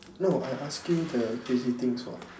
no I asking the crazy things what